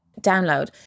download